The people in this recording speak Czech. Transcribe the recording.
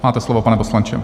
Máte slovo, pane poslanče.